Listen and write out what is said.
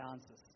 answers